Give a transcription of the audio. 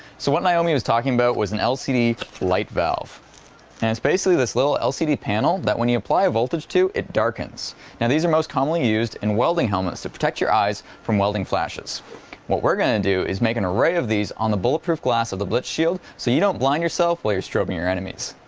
so what naomi was talking about was an lcd light valve and it's basically this little lcd panel that when you apply a voltage to it darkens now these are most commonly used in welding helmets to protect your eyes from welding flashes what we're going to do is make an array of these on the bulletproof glass of the blitz shield so you don't blind yourself while you're strobing your enemies